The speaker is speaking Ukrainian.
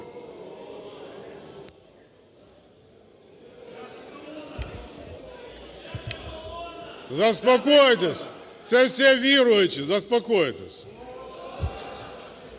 Заспокойтесь! Це все віруючі. Заспокойтесь!